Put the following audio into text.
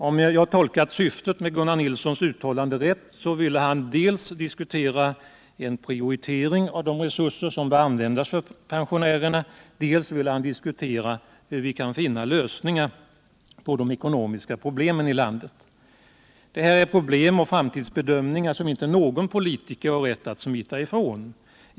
Om jag tolkat syftet med Gunnar Nilssons uttalande rätt, så ville han diskutera dels en prioritering av de resurser som bör användas för pensionärerna, dels hur vi kan finna lösningar på de ekonomiska problemen i landet. Det här är problem och framtidsbedömningar som inte någon politiker har rätt att smita ifrån.